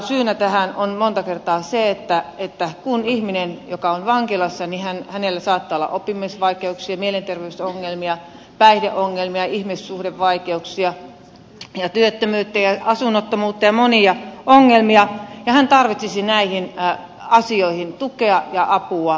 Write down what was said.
syynä tähän on monta kertaa se että kun ihmisellä joka on vankilassa saattaa olla oppimisvaikeuksia mielenterveysongelmia päihdeongelmia ihmissuhdevaikeuksia työttömyyttä ja asunnottomuutta ja monia ongelmia hän tarvitsisi näihin asioihin tukea ja apua